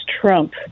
Trump